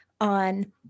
on